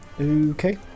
Okay